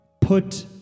put